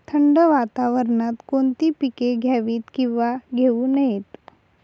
थंड वातावरणात कोणती पिके घ्यावीत? किंवा घेऊ नयेत?